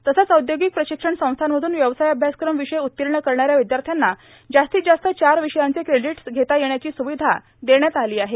तसंच औयोगिक प्रशिक्षण संस्थांमधून व्यवसाय अभ्यासक्रम विषय उत्तीर्ण करणाऱ्या विद्यार्थ्यांना जास्तीत जास्त चार विषयाचे क्रेडिटस घेता येण्याची सुविधा देण्यात आली आहे